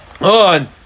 on